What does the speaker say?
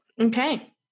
Okay